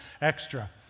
extra